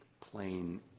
plain